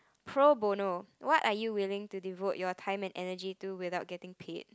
pro bono what are you willing to devote your time and energy to without getting paid